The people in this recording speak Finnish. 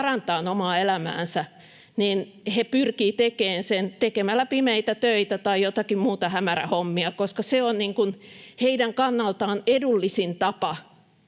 parantamaan omaa elämäänsä, niin he pyrkivät tekemään sen tekemällä pimeitä töitä tai muita hämärähommia, koska se on heidän kannaltaan edullisin tapa